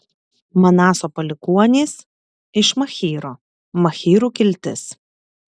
manaso palikuonys iš machyro machyrų kiltis